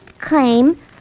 claim